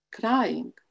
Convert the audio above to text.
crying